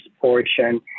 portion